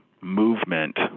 movement